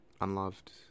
unloved